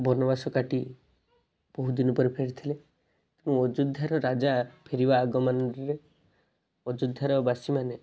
ବନବାସ କାଟି ବହୁତ ଦିନପରେ ଫେରିଥିଲେ ତେଣୁ ଅଯୋଧ୍ୟାର ରାଜା ଫେରିବା ଆଗମନରେ ଅଯୋଧ୍ୟାର ବାସୀମାନେ